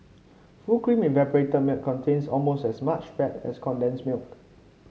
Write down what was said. full cream evaporated milk contains almost as much fat as condensed milk